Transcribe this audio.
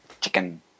Chicken